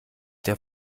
der